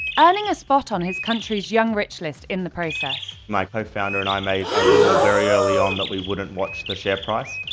earning a spot on his country's young rich list in the process. my co-founder and i made a rule very early on that we wouldn't watch the share price.